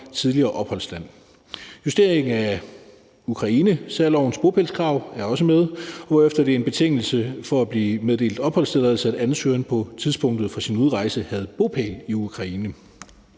tidligere opholdsland. Justeringen af Ukrainesærlovens bopælskrav er også med, hvorefter det er en betingelse for at blive meddelt opholdstilladelse, at ansøgeren på tidspunktet for sin udrejse havde bopæl i Ukraine.